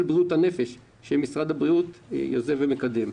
בריאות הנפש שמשרד הבריאות יוזם ומקדם.